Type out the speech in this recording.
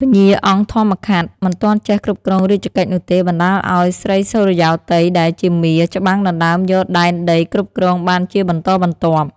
ពញ្ញាអង្គធម្មខាត់ មិនទាន់ចេះគ្រប់គ្រងរាជកិច្ចនោះទេ បណ្ដាលឱ្យ ស្រីសុរិយោទ័យដែលជាមារ ច្បាំងដណ្ដើមយកដែនដីគ្រប់គ្រងបានជាបន្តបន្ទាប់។